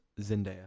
Zendaya